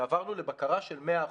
ועברנו לבקרה של 100%,